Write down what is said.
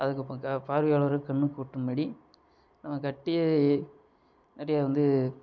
அதுக்கு பார்வையாளர் கண்ணுக்கூட்டும் படி நம்ம கட்டி அப்படே வந்து